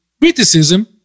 criticism